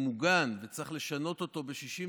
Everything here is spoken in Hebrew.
לעגן, הוא מעוגן, וצריך לשנות אותו ב-61,